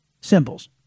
symbols